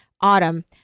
Autumn